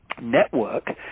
network